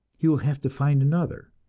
he will have to find another,